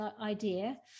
idea